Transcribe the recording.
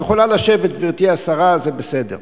את יכולה לשבת, גברתי השרה, זה בסדר.